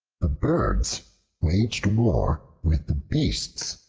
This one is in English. the birds waged war with the beasts,